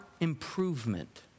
improvement